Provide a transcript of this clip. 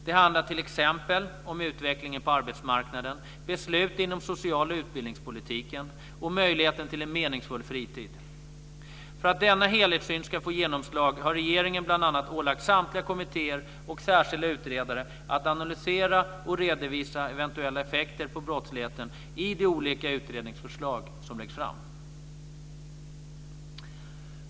Det handlar t.ex. om utvecklingen på arbetsmarknaden, beslut inom social och utbildningspolitiken och möjligheten till en meningsfull fritid. För att denna helhetssyn ska få genomslag har regeringen bl.a. ålagt samtliga kommittéer och särskilda utredare att analysera och redovisa eventuella effekter på brottsligheten i de olika utredningsförslag som läggs fram.